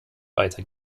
weiter